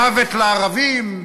"מוות לערבים"?